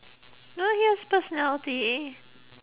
no he has personality